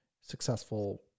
successful